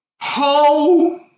Ho